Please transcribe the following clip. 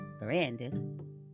Brandon